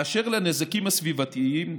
באשר לנזקים הסביבתיים,